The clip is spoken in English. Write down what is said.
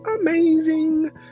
amazing